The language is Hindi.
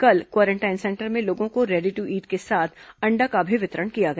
कल क्वारेंटाइन सेंटर में लोगों को रेडी दू ईंट के साथ अण्डा का भी वितरण किया गया